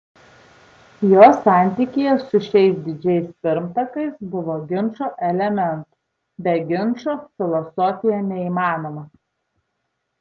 jo santykyje su šiais didžiais pirmtakais buvo ginčo elementų be ginčo filosofija neįmanoma